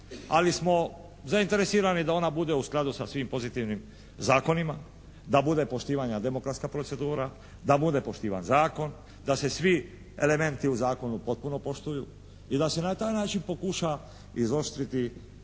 ali smo zainteresirani da ona bude u skladu sa svim pozitivnim zakonima. Da bude poštivanja demokratska procedura. Da bude poštivan zakon. Da se svi elementi u zakonu potpuno poštuju i da se na taj način pokuša izoštriti